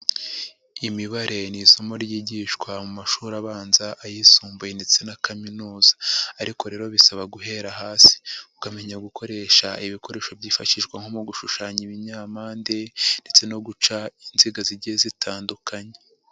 Imibare ni isomo ryigishwa mu mashuri abanza, ayisumbuye ndetse na kaminuza ariko rero bisaba guhera hasi ukamenya gukoresha ibikoresho byifashishwa nko mu gushushanya ibinyampande ndetse no guca inziga zigiye zitandukanye.